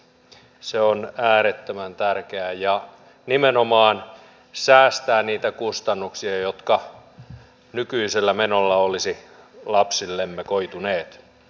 se on äärettömän tärkeä ja nimenomaan säästää niitä kustannuksia jotka nykyisellä menolla olisivat lapsillemme koituneet